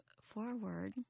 forward